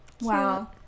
wow